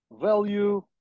value